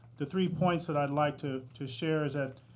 the three points that i'd like to to share is that